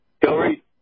Hillary